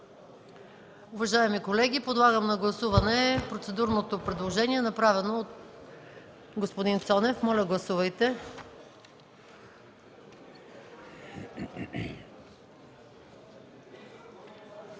Уважаеми колеги, подлагам на гласуване процедурното предложение, направено от господин Цонев. Гласували